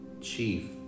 chief